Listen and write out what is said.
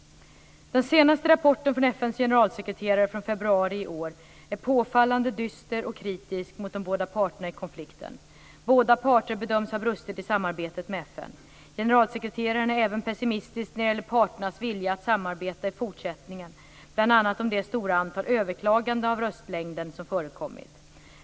Den senaste rapporten från FN:s generalsekreterare från februari i år är påfallande dyster och kritisk mot de båda parterna i konflikten. Båda parter bedöms ha brustit i samarbetet med FN. Generalsekreteraren är även pessimistisk när det gäller parternas vilja att samarbeta i fortsättningen bl.a. om det stora antal överklaganden av röstlängden som förekommit.